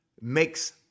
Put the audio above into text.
makes